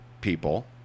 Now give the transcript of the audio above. people